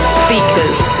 speakers